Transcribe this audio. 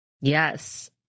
Yes